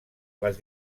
les